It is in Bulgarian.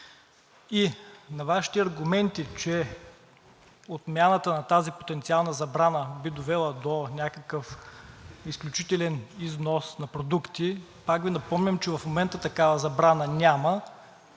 На Вашите аргументи, че отмяната на тази потенциална забрана би довела до някакъв изключителен износ на продукти, пак Ви напомням, че в момента такава забрана няма